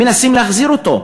מנסים להחזיר אותו.